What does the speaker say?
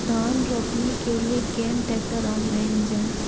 धान रोपनी के लिए केन ट्रैक्टर ऑनलाइन जाए?